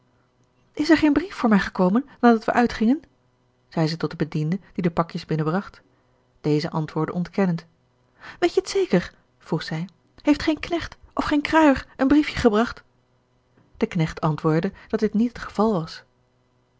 is er geen brief voor mij gekomen nadat wij uitgingen zei ze tot den bediende die de pakjes binnenbracht deze antwoordde ontkennend weet je het zeker vroeg zij heeft geen knecht of geen kruier een briefje gebracht de knecht antwoordde dat dit niet het geval was